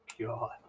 god